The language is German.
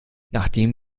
nachdem